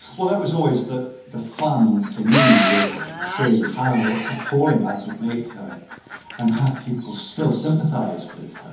well, that was always the the fun for me was saying how appalling i could make her and have people still sympathize with her.